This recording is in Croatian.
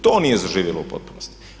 To nije zaživjelo u potpunosti.